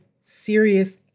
serious